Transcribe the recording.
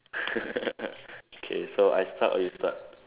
K so I start or you start